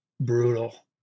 brutal